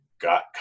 got